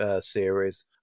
series